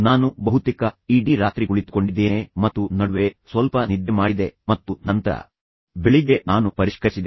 ನಾನು ಬಹುತೇಕ ಇಡೀ ರಾತ್ರಿ ಕುಳಿತುಕೊಂಡಿದ್ದೇನೆ ಮತ್ತು ನಡುವೆ ಸ್ವಲ್ಪ ನಿದ್ದೆ ಮಾಡಿದೆ ಮತ್ತು ನಂತರ ಬೆಳಿಗ್ಗೆ ನಾನು ಪರಿಷ್ಕರಿಸಿದೆ